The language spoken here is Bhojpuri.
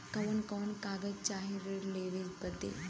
कवन कवन कागज चाही ऋण लेवे बदे?